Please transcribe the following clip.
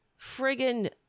friggin